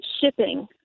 shipping